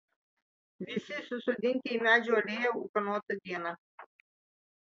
visi susodinti į medžių alėją ūkanotą dieną